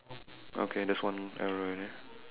okay that's one error there